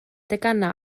deganau